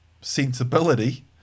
sensibility